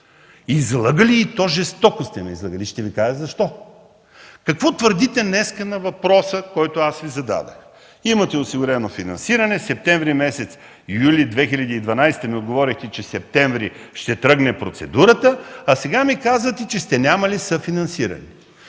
сте ни, и то жестоко. И ще Ви кажа защо. Какво твърдите днес на въпроса, който аз Ви зададох? Имате осигурено финансиране, юли месец 2012 г. ми отговорихте, че септември ще тръгне процедурата, а сега ми казвате, че сте нямали съфинансиране.